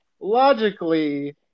logically